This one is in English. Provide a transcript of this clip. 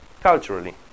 culturally